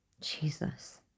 Jesus